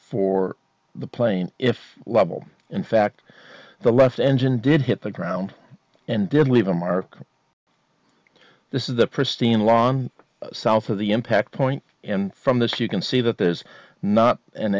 for the plane if level in fact the left engine did hit the ground and did leave a mark this is the pristine lawn south of the impact point and from this you can see that there's not an